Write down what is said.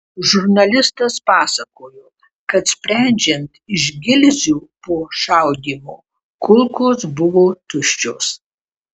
žurnalistas pasakojo kad sprendžiant iš gilzių po šaudymo kulkos buvo tuščios